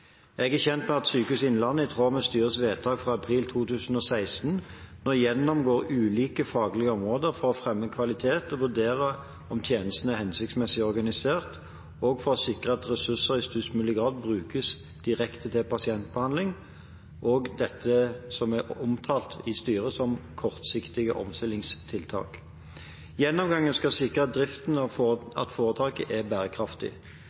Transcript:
Jeg er kjent med at Sykehuset Innlandet, i tråd med styrets vedtak fra april 2016, nå gjennomgår ulike faglige områder for å fremme kvalitet og vurdere om tjenestene er hensiktsmessig organisert, og for å sikre at ressurser i størst mulig grad brukes direkte til pasientbehandling – og dette som av styret er omtalt som kortsiktige omstillingstiltak. Gjennomgangen skal sikre at driften av foretaket er bærekraftig.